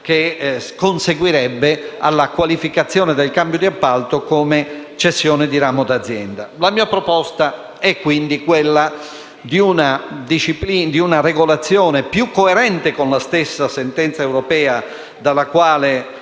che conseguirebbe alla qualificazione del cambio di appalto come cessione di ramo d'azienda. La mia proposta è pertanto quella di una regolazione più coerente con la sentenza europea da cui